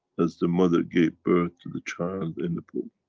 as the mother gave birth to the child in the pool.